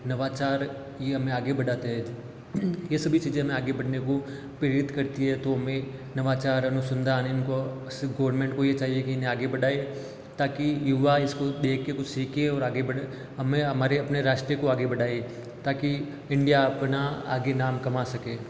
नवाचार ये हमें आगे बढ़ाते हैं ये सभी चीज़ें हमें आगे बढ़ने को प्रेरित करती हैं तो हमें नवाचार अनुसंधान इनको गवर्नमेंट को ये चाहिए कि इन्हें आगे बढ़ाएँ ताकि युवा इसको देख के कुछ सीखें और आगे बढ़ें हमें हमारे अपने राष्ट्र को आगे बढ़ाएँ ताकि इंडिया अपना आगे नाम कमा सकें